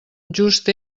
just